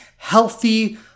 healthy